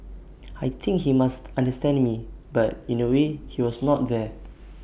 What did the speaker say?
I think he must understanding me but in A way he was not there